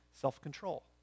self-control